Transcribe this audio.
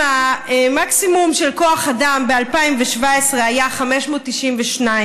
אם המקסימום של כוח אדם ב-2017 היה 592,